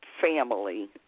family